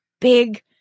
big